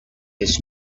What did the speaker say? his